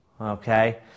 Okay